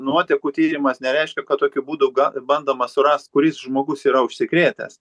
nuotekų tyrimas nereiškia kad tokiu būdu ga bandoma surast kuris žmogus yra užsikrėtęs